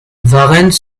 varennes